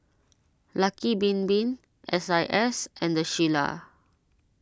Lucky Bin Bin S I S and the Shilla